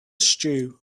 stew